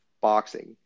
boxing